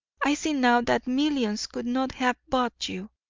i see now that millions could not have bought you.